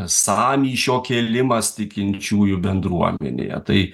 sąmyšio kėlimas tikinčiųjų bendruomenėje tai